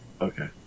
Okay